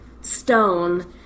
stone